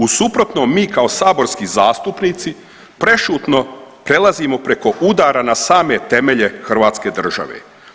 U suprotnom, mi kao saborski zastupnici prešutno prelazimo preko udara na same temelje hrvatske države.